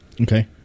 Okay